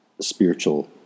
spiritual